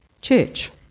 Church